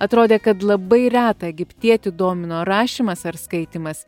atrodė kad labai retą egiptietį domino rašymas ar skaitymas